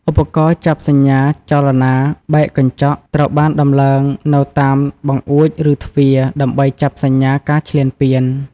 ឧបករណ៍ចាប់សញ្ញាចលនា បែកកញ្ចក់ ត្រូវបានដំឡើងនៅតាមបង្អួច ឬទ្វារ ដើម្បីចាប់សញ្ញាការឈ្លានពាន។